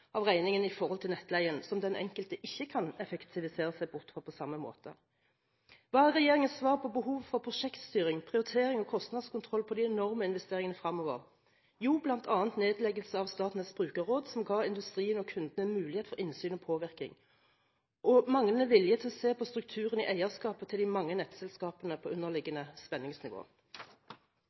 regningen i forhold til nettleien, som den enkelte ikke kan effektivisere seg bort fra på samme måte? Hva er regjeringens svar på behovet for prosjektstyring, prioritering og kostnadskontroll på de enorme investeringene fremover? Jo, bl.a. nedleggelse av Statnetts brukerråd, som ga industrien og kundene en mulighet for innsyn og påvirkning. I tillegg er svaret manglende vilje til å se på strukturen i eierskapet til de mange nettselskapene på underliggende spenningsnivå.